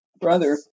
brother